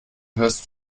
hörst